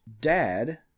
dad